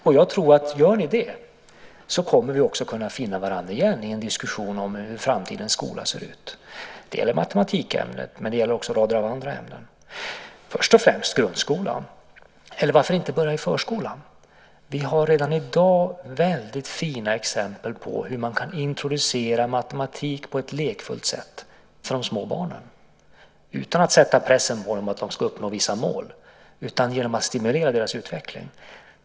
Gör ni detta tror jag att vi kommer att kunna finna varandra igen i en diskussion om hur framtidens skola ska se ut. Det gäller både matematikämnet och en rad andra ämnen. Låt oss börja med grundskolan, eller varför inte med förskolan? Redan i dag finns det väldigt fina exempel på hur man kan introducera matematik på ett lekfullt sätt för de små barnen. Men man ska inte sätta press på dem att de ska uppnå vissa mål, utan man ska stimulera deras utveckling.